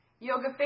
Yoga